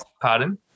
pardon